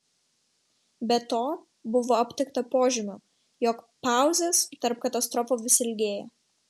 be to buvo aptikta požymių jog pauzės tarp katastrofų vis ilgėja